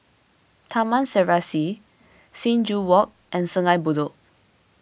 Taman Serasi Sing Joo Walk and Sungei Bedok